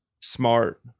Smart